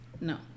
No